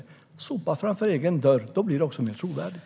Sopa framför egen dörr! Då blir det också mer trovärdigt.